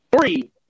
three